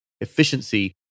efficiency